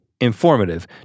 informative